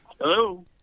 Hello